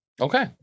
Okay